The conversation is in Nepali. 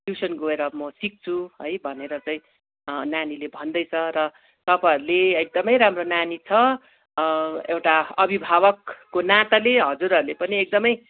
ट्युसन गएर म सिक्छु है भनेर चाहिँ नानीले भन्दैछ र तपाईँहरूले एकदमै राम्रो नानी छ एउटा अभिभावकको नाताले हजुरहरूले पनि एकदमै